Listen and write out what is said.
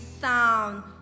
sound